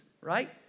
right